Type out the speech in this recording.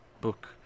book